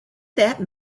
that